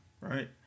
right